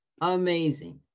amazing